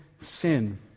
sin